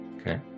Okay